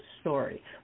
story